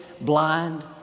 blind